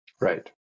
Right